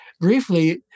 briefly